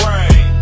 Rain